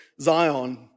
Zion